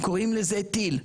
הם קוראים לזה טיל,